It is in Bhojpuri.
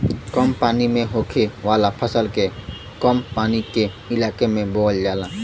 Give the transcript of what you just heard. कम पानी में होखे वाला फसल के कम पानी के इलाके में बोवल जाला